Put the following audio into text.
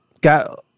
got